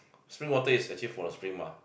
spring water is actually is from the spring mah